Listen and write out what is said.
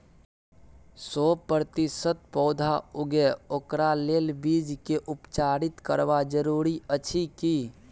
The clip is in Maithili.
सौ प्रतिसत पौधा उगे ओकरा लेल बीज के उपचारित करबा जरूरी अछि की?